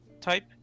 type